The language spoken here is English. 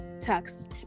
tax